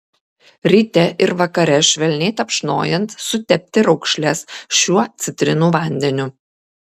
ryte ir vakare švelniai tapšnojant sutepti raukšles šiuo citrinų vandeniu